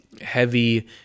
heavy